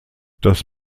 das